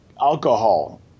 alcohol